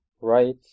Right